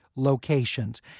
locations